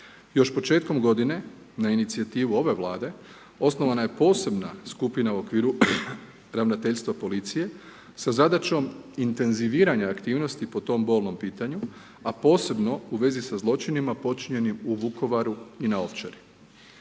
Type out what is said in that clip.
Još početkom godine na inicijativu ove vlade osnovana je posebna skupina u okviru ravnateljstva policije sa zadaćom intenziviranja aktivnosti po tom bolnom pitanju, a posebno u vezi sa zločinima počinjenim u Vukovaru i na Ovčari.